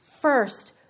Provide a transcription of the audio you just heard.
first